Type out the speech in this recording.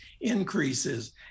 increases